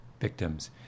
victims